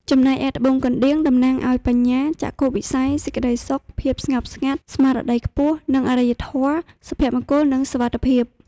ចំណែកឯ ត្បូងកណ្តៀង តំណាងឲ្យបញ្ញា ចក្ខុវិស័យ សេចក្ដីសុខ ភាពស្ងប់ស្ងាត់ ស្មារតីខ្ពស់ និងអរិយធម៌ សុភមង្គលនិងសុវត្ថិភាព។